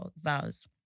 vows